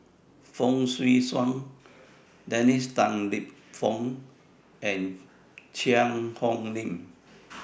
Fong Swee Suan Dennis Tan Lip Fong and Cheang Hong Lim